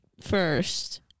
first